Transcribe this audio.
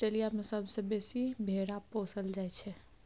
Australia मे सबसँ बेसी भेरा पोसल जाइ छै